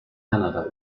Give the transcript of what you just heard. kanada